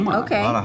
okay